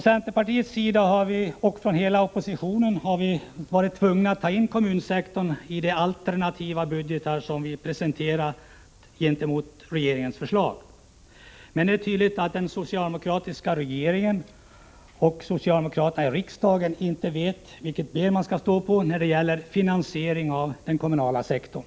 Centerpartiet liksom de övriga oppositionspartierna har varit tvungna att ta med kommunsektorn i de budgetar som presenterats som alternativ till regeringens förslag. Men det är tydligt att den socialdemokratiska regeringen och socialdemokraterna i riksdagen inte vet på vilket ben de skall stå när det gäller finansieringen av den kommunala sektorn.